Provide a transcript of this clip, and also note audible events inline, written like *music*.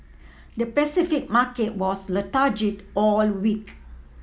the Pacific market was *unintelligible* all week